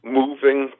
moving